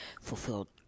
fulfilled